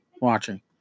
watching